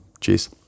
Cheers